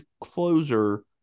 closer